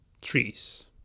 trees